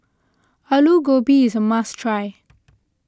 Alu Gobi is a must try